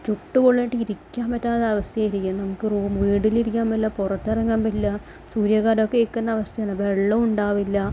ചുട്ട് പൊള്ളിയിട്ട് ഇരിക്കാൻ പറ്റാത്ത അവസ്ഥയായിരിക്കും നമുക്ക് റൂം വീട്ടിലിരിയ്ക്കാൻ പറ്റില്ല പുറത്തിറങ്ങാൻ പറ്റില്ല സൂര്യാഘാതമൊക്കെ ഏൽക്കുന്ന അവസ്ഥയാണ് വെള്ളവും ഉണ്ടാവില്ല